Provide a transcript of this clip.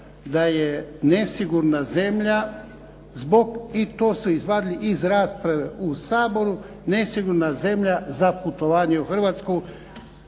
da je nesigurna zemlja zbog i to su izvadili iz rasprave u Saboru, nesigurna zemlja za putovanje u Hrvatsku.